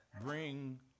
bring